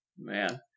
Man